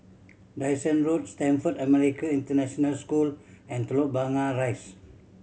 Dyson Road Stamford American International School and Telok Blangah Rise